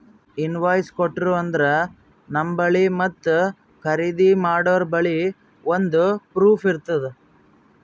invoice ಕೊಟ್ಟೂರು ಅಂದ್ರ ನಂಬಲ್ಲಿ ಮತ್ತ ಖರ್ದಿ ಮಾಡೋರ್ಬಲ್ಲಿ ಒಂದ್ ಪ್ರೂಫ್ ಇರ್ತುದ್